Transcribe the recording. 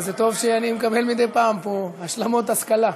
אז טוב שאני מקבל מדי פעם פה השלמות השכלה.